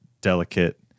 delicate